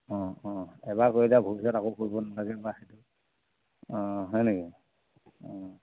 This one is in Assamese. এবাৰ কৰি দিয়া ভৱিষ্যত আকৌ কৰিব নালাগে বা হয় নেকি